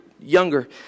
younger